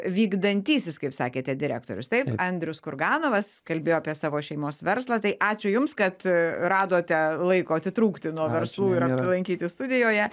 vykdantysis kaip sakėte direktorius taip andrius kurganovas kalbėjo apie savo šeimos verslą tai ačiū jums kad radote laiko atitrūkti nuo verslų ir apsilankyti studijoje